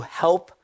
help